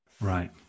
Right